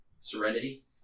Serenity